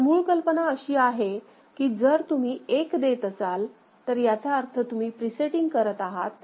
तर मूळ कल्पना अशी आहे की जर तुम्ही 1 देत असाल तर याचा अर्थ तुम्ही प्रीसेटिंग करत आहात